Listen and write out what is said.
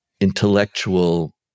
intellectual